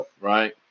right